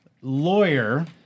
lawyer